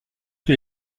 que